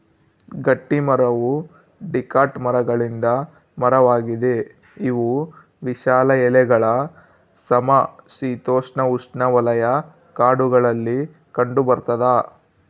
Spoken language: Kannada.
ಗಟ್ಟಿಮರವು ಡಿಕಾಟ್ ಮರಗಳಿಂದ ಮರವಾಗಿದೆ ಇವು ವಿಶಾಲ ಎಲೆಗಳ ಸಮಶೀತೋಷ್ಣಉಷ್ಣವಲಯ ಕಾಡುಗಳಲ್ಲಿ ಕಂಡುಬರ್ತದ